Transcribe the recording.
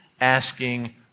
asking